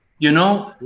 you know,